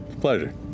pleasure